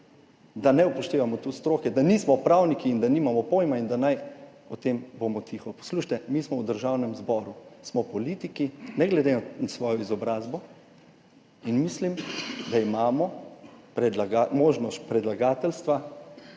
da ne upoštevamo tu stroke, da nismo pravniki in da nimamo pojma in da naj bomo o tem tiho. Poslušajte, mi smo v Državnem zboru. Smo politiki, ne glede na svojo izobrazbo, in mislim, da imamo možnost predlagateljstva